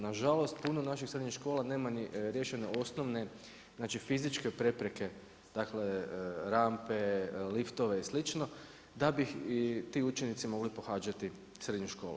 Nažalost puno naših srednjih škola nema ni riješene osnovne, znači fizičke prepreke, dakle rampe, liftove i slično da bi i ti učenici mogli pohađati srednju školu.